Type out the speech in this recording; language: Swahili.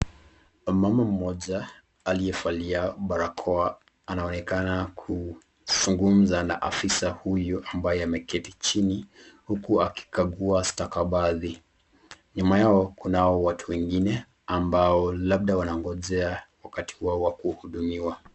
mama mmoja aliyevalia barakoa anaonekana kuzungumza na afisa huyu ambaye ameketi chini huku akikagua stakabadhi, nyuma yao kunao watu wengine ambao labda wanagojea wakati wao wa kuhudumiwa.